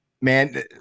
Man